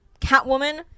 Catwoman